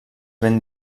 ben